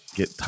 get